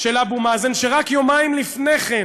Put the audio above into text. של אבו מאזן, שרק יומיים לפני כן